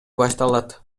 башталат